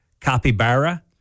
Capybara